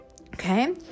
Okay